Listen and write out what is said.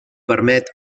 permet